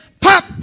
pop